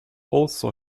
also